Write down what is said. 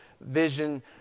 vision